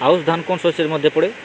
আউশ ধান কোন শস্যের মধ্যে পড়ে?